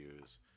use